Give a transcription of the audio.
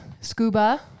Scuba